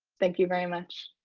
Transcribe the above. thank you very much.